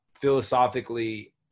philosophically